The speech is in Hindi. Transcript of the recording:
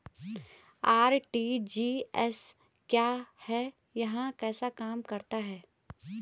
आर.टी.जी.एस क्या है यह कैसे काम करता है?